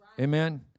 Amen